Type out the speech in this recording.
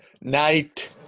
night